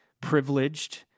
privileged